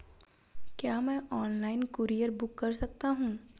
क्या मैं online courier book कर सकता हूँ?